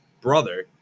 brother